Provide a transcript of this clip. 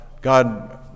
God